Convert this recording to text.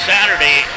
Saturday